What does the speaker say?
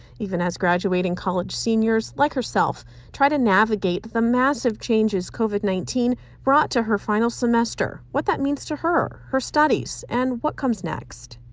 even as graduating college seniors like herself try to navigate what the massive changes covid nineteen brought to her final semester what that means to her, her studies, and what comes next.